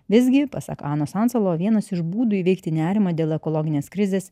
visgi pasak anos ancelo vienas iš būdų įveikti nerimą dėl ekologinės krizės